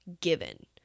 given